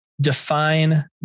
define